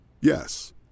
Yes